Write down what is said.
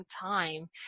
time